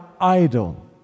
idle